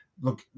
Look